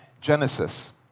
Genesis